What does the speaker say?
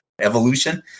evolution